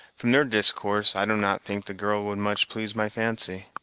from their discourse, i do not think the girl would much please my fancy.